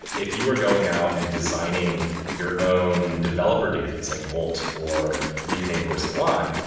if you were going out and designing your own developer database, like volt, or rethink or so on,